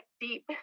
deep